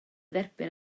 dderbyn